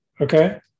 Okay